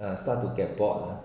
uh start to get bored